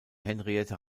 henriette